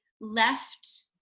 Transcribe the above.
left